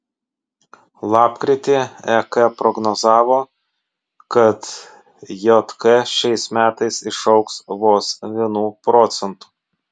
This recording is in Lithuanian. lapkritį ek prognozavo kad jk šiais metais išaugs vos vienu procentu